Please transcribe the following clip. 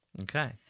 Okay